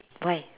why